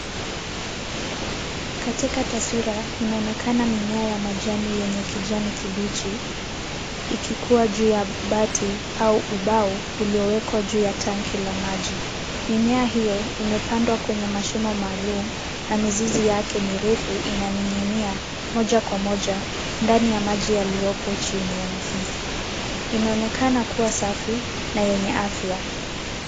Katika taswira inaonekana mimea yenye kijani kibichi ikikua juu ya bati au ubao uliowekwa juu ya tanki la maji, mimea hiyo imepandwa kwenye mashimo maalum na mizizi yake mirefi inaning'inia moja kwa moja ndani ya maji yaliyopo chini ya mizizi Inaonekana kuwa safi na yenye afya.